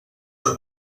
que